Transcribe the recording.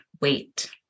wait